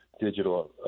digital